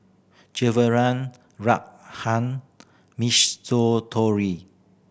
Ruthann